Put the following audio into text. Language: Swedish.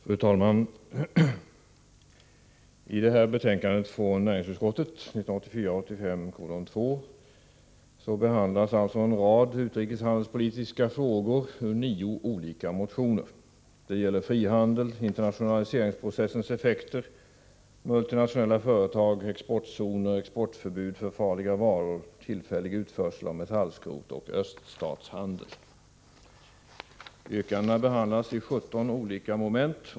Fru talman! I näringsutskottets betänkande 1984/85:2 behandlas en rad utrikeshandelspolitiska frågor ur nio olika motioner. Det gäller frihandel, Yrkandena behandlas i 17 olika moment.